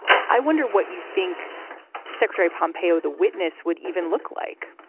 i wonder what you think secretary pompei or the witness would even look like?